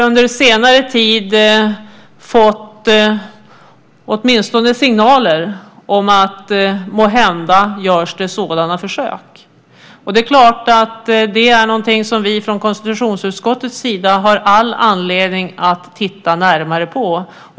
Under senare tid har vi fått åtminstone signaler om att det måhända görs sådana försök. Det är någonting som vi från konstitutionsutskottets sida har all anledning att titta närmare på.